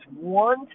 one